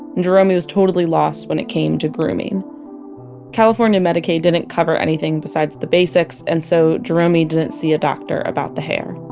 and jeromey was totally lost when it came to grooming california medicaid didn't cover anything beside the basics. and so jeromey didn't see a doctor about the hair